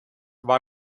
war